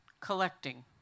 collecting